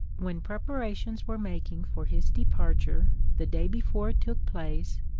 when preparations were making for his departure, the day before it took place,